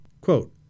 Quote